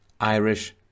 Irish